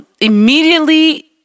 immediately